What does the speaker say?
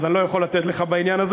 אז אני לא יכול לתת לך בעניין הזה.